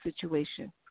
situation